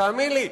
תאמין לי,